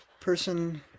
person